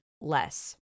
less